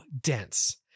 dense